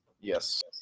Yes